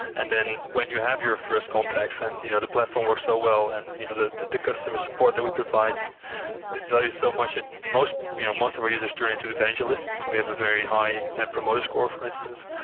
and then when you have your first contacts and you know the platform works so well, and you know the the customer support that we provide is valued so much, that most you know most of our users turn into evangelists. we have a very high net promoter score, for instance.